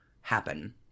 happen